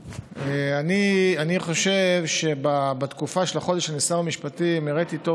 אני חושב שבתקופה של החודש שאני שר המשפטים הראיתי טוב